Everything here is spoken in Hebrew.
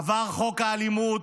עבר חוק האלימות,